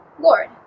Lord